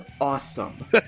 awesome